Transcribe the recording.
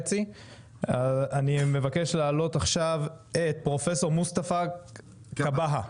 אני מבקש להעלות עכשיו את פרופסור מוסטפא כבהא,